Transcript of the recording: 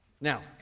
Now